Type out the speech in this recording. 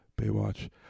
Baywatch